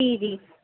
جی جی